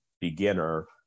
beginner